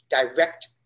direct